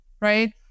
Right